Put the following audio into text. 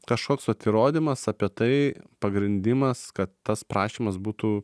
kažkoks vat įrodymas apie tai pagrindimas kad tas prašymas būtų